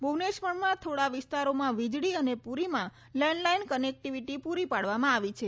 ભુવનેશ્વરમાં થોડા વિસ્તારોમાં વીજળી અને પુરીમાં લેન્ડલાઇન કનેક્ટીવીટી પુરી પાડવામાં આવી છે